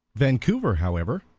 vancouver, however,